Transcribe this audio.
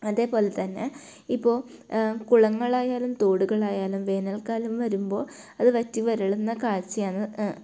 അതേപോലെതന്നെ ഇപ്പോൾ കുളങ്ങളായാലും തോടുകളായാലും വേനൽക്കാലം വരുമ്പോൾ അത് വറ്റി വരളുന്ന കാഴ്ചയാണ്